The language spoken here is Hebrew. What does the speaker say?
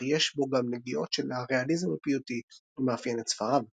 אך יש בו גם נגיעות של הריאליזם הפיוטי המאפיין את ספריו.